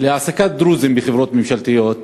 העסקת דרוזים בחברות ממשלתיות,